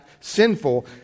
sinful